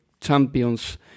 champions